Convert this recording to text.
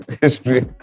history